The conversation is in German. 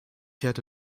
hätte